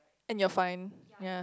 and your fine ya